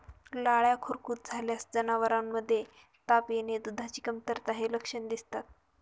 लाळ्या खुरकूत झाल्यास जनावरांमध्ये ताप येणे, दुधाची कमतरता हे लक्षण दिसतात